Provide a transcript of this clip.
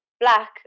black